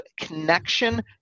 connection